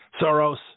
Soros